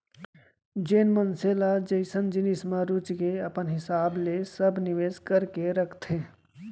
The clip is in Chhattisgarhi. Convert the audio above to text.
जेन मनसे ल जइसन जिनिस म रुचगे अपन हिसाब ले सब निवेस करके रखथे